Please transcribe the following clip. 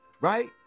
right